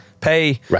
Pay